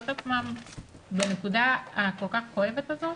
את עצמם בנקודה הכל כך כואבת הזאת?